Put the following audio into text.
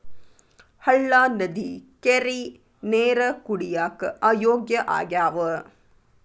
ಹಳ್ಳಾ ನದಿ ಕೆರಿ ನೇರ ಕುಡಿಯಾಕ ಯೋಗ್ಯ ಆಗ್ಯಾವ